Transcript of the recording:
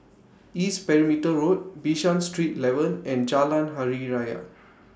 East Perimeter Road Bishan Street eleven and Jalan Hari Raya